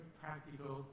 practical